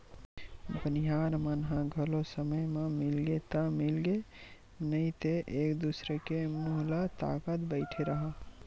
बनिहार मन ह घलो समे म मिलगे ता मिलगे नइ ते एक दूसर के मुहूँ ल ताकत बइठे रहा